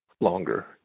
longer